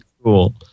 cool